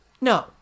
no